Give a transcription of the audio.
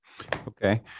Okay